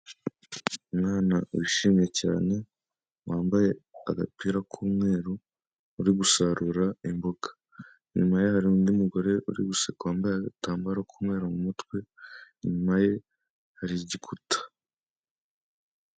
Umwana wishimye cyane wambaye agapira k'umweru uri gusarura imboga, inyuma ye hari undi mugore uri guseka wambaye agatambaro k'umweru mu mutwe, inyuma ye hari igikuta.